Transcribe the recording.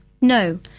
No